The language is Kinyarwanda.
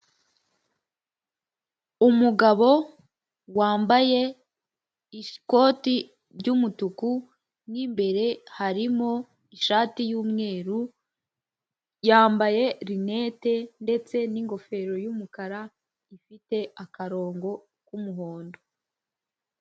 Umugabo wambaye ikoti ry'umutuku mu imbere harimo ishati y'umweru yambaye rinete ndetse n'ingofero y'umukara ifite akarongo k'umuhondo.